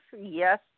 yes